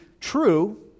true